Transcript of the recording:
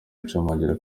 gushimangira